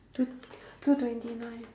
two two twenty nine